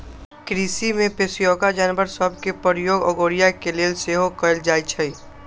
कृषि में पोशौआका जानवर सभ के प्रयोग अगोरिया के लेल सेहो कएल जाइ छइ